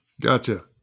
Gotcha